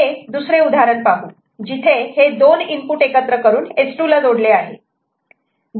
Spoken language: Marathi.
हे दुसरे उदाहरण पाहू जिथे हे दोन इनपुट एकत्र करून S2 ला जोडले आहे